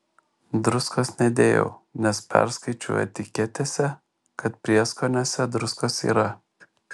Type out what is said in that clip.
druskos nedėjau nes perskaičiau etiketėse kad prieskoniuose druskos yra